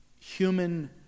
human